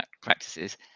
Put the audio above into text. practices